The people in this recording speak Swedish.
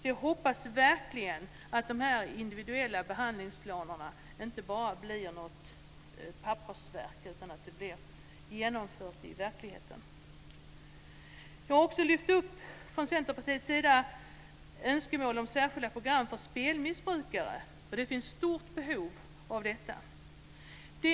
Jag hoppas verkligen att de individuella behandlingsplanerna inte bara blir någon pappersprodukt utan blir genomförda i verkligheten. Jag har lyft upp från Centerpartiets sida önskemål om särskilda program för spelmissbrukare. Det finns ett stort behov av detta.